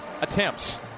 attempts